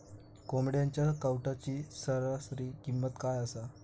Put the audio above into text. कोंबड्यांच्या कावटाची सरासरी किंमत काय असा?